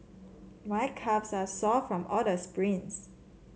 my calves are sore from all the sprints